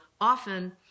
often